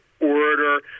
orator